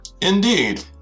Indeed